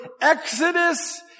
Exodus